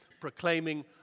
proclaiming